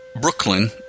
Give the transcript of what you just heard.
Brooklyn